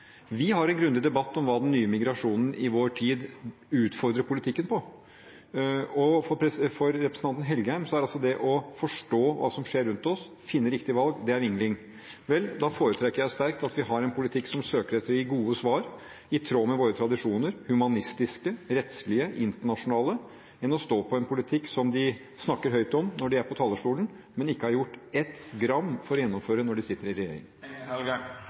Vi har en grundig debatt om hva den nye immigrasjonen i vår tid utfordrer politikken på. For representanten Helgheim er altså at det å forstå hva som skjer rundt oss, finne riktige valg, er vingling. Vel, da foretrekker jeg sterkt at vi har en politikk som søker etter de gode svar, i tråd med våre tradisjoner – humanistiske, rettslige, internasjonale – framfor å stå på en politikk som de snakker høyt om når de er på talerstolen, men ikke har gjort ett gram for å gjennomføre når de sitter i regjering.